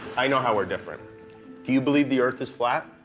i know how we're different. do you believe the earth is flat?